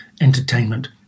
entertainment